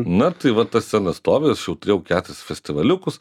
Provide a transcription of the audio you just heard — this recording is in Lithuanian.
na tai va ta scena stovi aš jau turėjau keturis festivaliukus